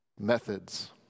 methods